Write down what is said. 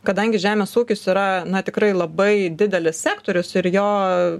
kadangi žemės ūkis yra na tikrai labai didelis sektorius ir jo